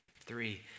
Three